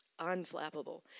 Unflappable